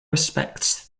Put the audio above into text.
respects